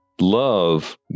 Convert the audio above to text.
love